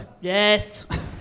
Yes